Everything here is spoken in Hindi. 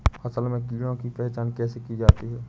फसल में कीड़ों की पहचान कैसे की जाती है?